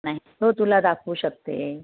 नाही तो तुला दाखवू शकते